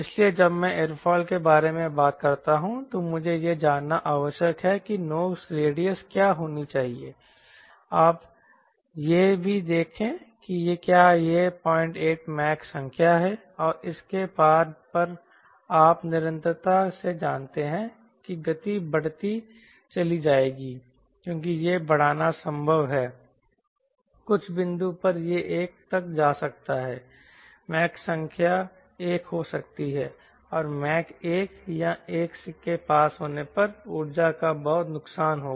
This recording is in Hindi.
इसलिए जब मैं एयरोफिल के बारे में बात करता हूं तो मुझे यह जानना आवश्यक है कि नोस रेडियस क्या होनी चाहिए आप यह भी देखें कि क्या यह 08 मैक संख्या है और इसके पार आप निरंतरता से जानते हैं कि गति बढ़ती चली जाएगी क्योंकि यह बढ़ाना संभव है कुछ बिंदु पर यह एक तक जा सकता है मैक संख्या एक हो सकती है और मैक एक या एक के पास होने पर ऊर्जा का बहुत नुकसान होगा